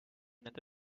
nende